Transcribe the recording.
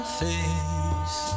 face